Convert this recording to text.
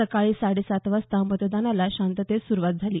सकाळी साडे सात वाजता मतदानाला शांततेत सुरुवात झाली